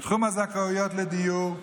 בתחום הזכאויות לדיור,